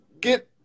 get